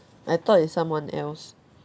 I thought is someone else